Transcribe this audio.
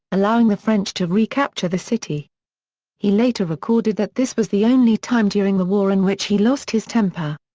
allowing the french to recapture the city he later recorded that this was the only time during the war in which he lost his temper.